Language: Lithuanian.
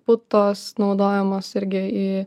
putos naudojamos irgi į